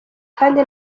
kandi